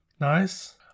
Nice